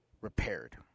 repaired